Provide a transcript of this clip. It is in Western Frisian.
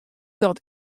dat